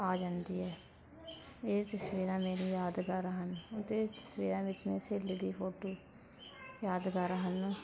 ਆ ਜਾਂਦੀ ਹੈ ਇਹ ਤਸਵੀਰਾਂ ਮੇਰੀ ਯਾਦਗਾਰ ਹਨ ਉੱਥੇ ਤਸਵੀਰਾਂ ਵਿੱਚ ਮੇਰੀ ਸਹੇਲੀ ਦੀ ਫੋਟੋ ਯਾਦਗਾਰਾਂ ਹਨ